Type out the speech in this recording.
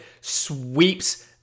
Sweeps